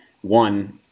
one